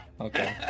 Okay